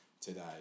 today